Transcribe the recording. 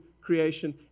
creation